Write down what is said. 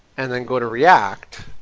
and then go to react,